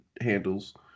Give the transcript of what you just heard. handles